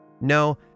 No